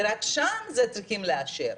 ורק שם צריכים לאשר.